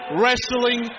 wrestling